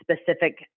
specific